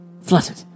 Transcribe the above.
fluttered